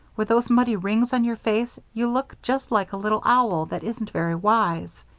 with those muddy rings on your face you look just like a little owl that isn't very wise.